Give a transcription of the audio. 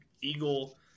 Eagle